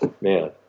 man